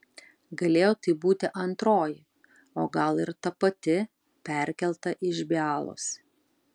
galėjo tai būti antroji o gal ir ta pati perkelta iš bialos